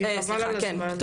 כי חבל על הזמן.